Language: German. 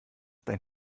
dein